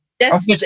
Yes